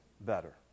better